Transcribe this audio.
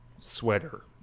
sweater